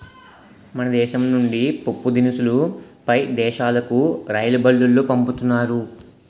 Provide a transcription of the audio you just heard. మన దేశం నుండి పప్పుదినుసులు పై దేశాలుకు రైలుబల్లులో పంపుతున్నారు